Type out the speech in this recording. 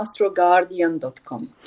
astroguardian.com